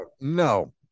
no